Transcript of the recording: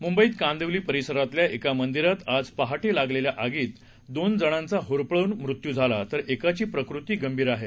मुंबईत कांदिवली परिसरातल्या एका मंदिरात आज पहाटे लागलेल्या आगीत दोन जणांचा होरपळून मृत्यू झाला तर एकाची प्रकृती गंभीर आहे